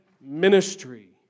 ministry